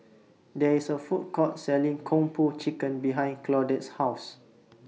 There IS A Food Court Selling Kung Po Chicken behind Claudette's House